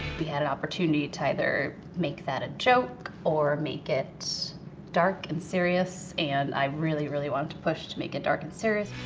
had an opportunity to either make that a joke or make it dark and serious. and i really, really wanted to push to make it dark and serious.